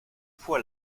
fois